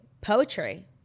poetry